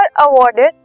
awarded